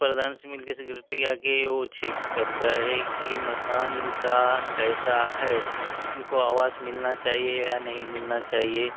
प्रधान से मिलकर सेक्रेटरी आकर वह चेक करता है कि मकान इनका कैसा है इनको आवास मिलना चाहिए या नहीं मिलना चाहिए